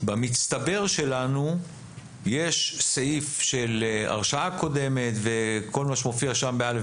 שבמצטבר שלנו יש סעיף של הרשעה קודמת וכל מה שמופיע שם ב-(א),